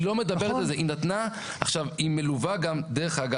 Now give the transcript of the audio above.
היא לא מדברת על זה.